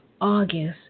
August